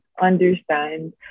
understand